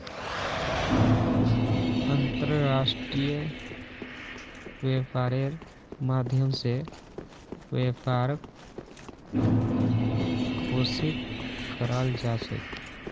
अन्तर्राष्ट्रीय व्यापारेर माध्यम स व्यापारक पोषित कराल जा छेक